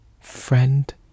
friend